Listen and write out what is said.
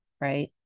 right